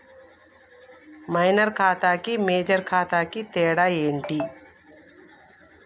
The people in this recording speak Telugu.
మైనర్ ఖాతా కి మేజర్ ఖాతా కి తేడా ఏంటి?